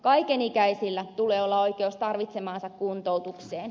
kaikenikäisillä tulee olla oikeus tarvitsemaansa kuntoutukseen